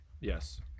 Yes